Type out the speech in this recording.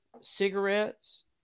cigarettes